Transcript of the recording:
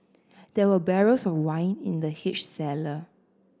there were barrels of wine in the huge cellar